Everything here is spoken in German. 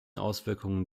auswirkungen